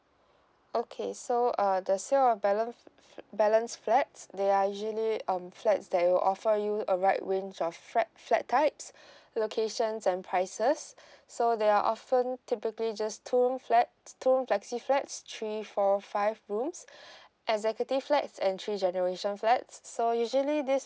okay so uh the sale of balan f~ f~ balance flats there are usually um flats that will offer you a wide range of frat flat types locations and prices so there are often typically just two room flats two rooms flexi flats three four five rooms executive flats and three generation flats so usually this